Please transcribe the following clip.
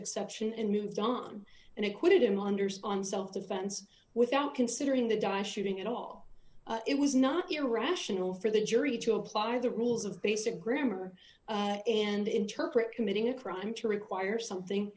exception and moved on and acquitted him wonders on self defense without considering the di shooting at all it was not irrational for the jury to apply the rules of basic grammar and interpret committing a crime to require something